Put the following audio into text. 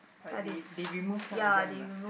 like they they remove some exams ah